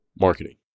marketing